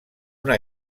una